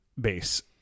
base